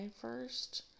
first